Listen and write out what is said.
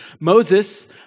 Moses